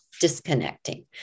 disconnecting